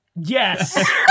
Yes